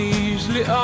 easily